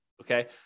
okay